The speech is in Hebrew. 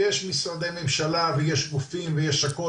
כי יש משרדי ממשלה ויש גופים ויש הכול